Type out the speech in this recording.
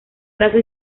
brazo